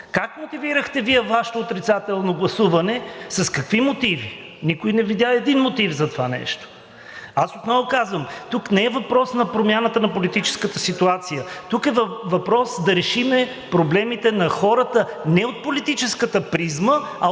как мотивирахте Вие Вашето отрицателно гласуване, с какви мотиви? Никой не видя един мотив за това нещо. Аз отново казвам: тук не е въпрос на промяната на политическата ситуация, тук е въпрос да решим проблемите на хората не от политическата призма, а от